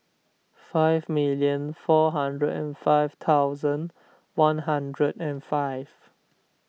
five million four hundred and five thousand one hundred and five